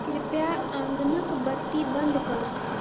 कृपआ आँगनक बत्ती बन्द करू